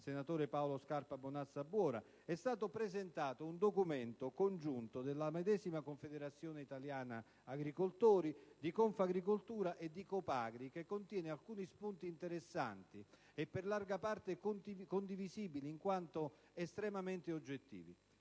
del Senato, Scarpa Bonazza Buora), è stato presentato un documento congiunto della medesima Confederazione italiana agricoltori, di Confagricoltura e di Copagri, che contiene alcuni spunti interessanti e per larga parte condivisibili in quanto estremamente oggettivi.